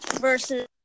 versus